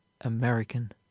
American